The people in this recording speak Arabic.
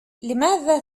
لماذا